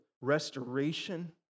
restoration